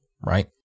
right